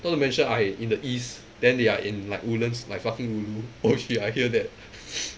so I mentioned I in the east then they in like woodlands like fucking oh shit I hear that